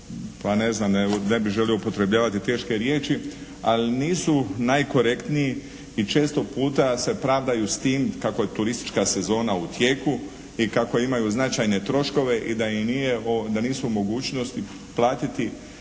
vrlo, pa ne bih želio upotrebljavati teške riječi, ali nisu najkorektniji i često puta se pravdaju s time kako je turistička sezona u tijeku i kako imaju značajne troškove i da nisu u mogućnosti platiti